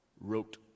wrote